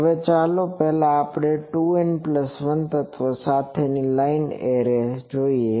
હવે ચાલો પહેલા 2N 1 તત્વ સાથેની લાઈન એરે જોઈએ